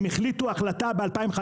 הם החליטו החלטה ב-2015,